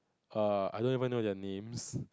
err I don't even know their names